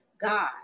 God